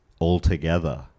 altogether